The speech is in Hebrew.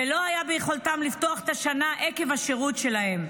ולא היה ביכולתם לפתוח את השנה עקב השירות שלהם.